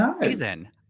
season